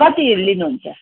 कति लिनुहुन्छ